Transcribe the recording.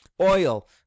oil